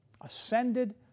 ascended